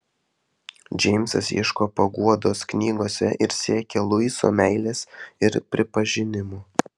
džeimsas ieško paguodos knygose ir siekia luiso meilės ir pripažinimo